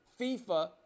FIFA